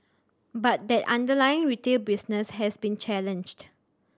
but that underlying retail business has been challenged